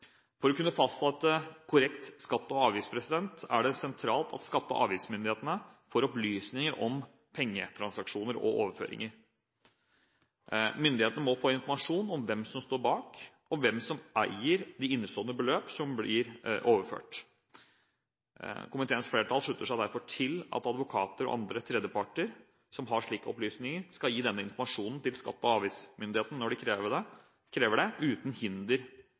For å kunne fastsette korrekt skatt og avgift er det sentralt at skatte- og avgiftsmyndighetene får opplysninger om pengetransaksjoner og pengeoverføringer. Myndighetene må få informasjon om hvem som står bak, og hvem som eier de innestående beløp som blir overført. Komiteens flertall slutter seg derfor til at advokater og andre tredjeparter som har slike opplysninger, skal gi denne informasjonen til skatte- og avgiftsmyndighetene når de krever det, uten hinder